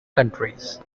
countries